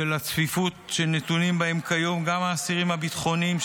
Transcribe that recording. הצפיפות שנתונים בה כיום גם האסירים הביטחוניים,